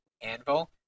Anvil